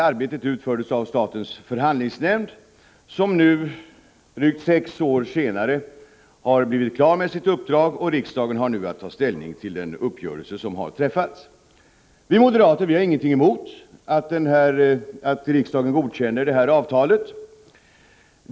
Arbetet utfördes av statens förhandlingsnämnd, som nu drygt sex år senare har blivit klar med sitt uppdrag. Riksdagen har nu att ta ställning till den uppgörelse som träffats. Vi moderater har ingenting emot att riksdagen godkänner avtalet.